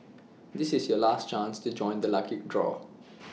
this is your last chance to join the lucky draw